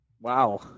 Wow